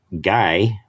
Guy